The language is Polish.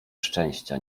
szczęścia